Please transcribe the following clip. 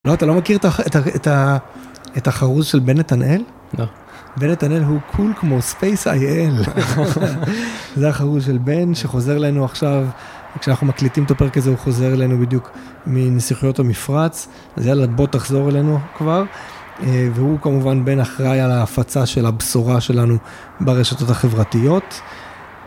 לא, אתה לא מכיר את החרוז של בן נתנאל? לא. בן נתנאל הוא קול כמו SpaceIL. זה החרוז של בן שחוזר לנו עכשיו, כשאנחנו מקליטים את הפרק הזה, הוא חוזר לנו בדיוק מנסיכויות המפרץ. אז יאללה, בוא תחזור אלינו כבר. והוא כמובן בן אחראי על ההפצה של הבשורה שלנו ברשתות החברתיות.